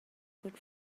good